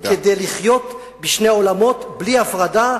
כדי לחיות בשני עולמות בלי הפרדה.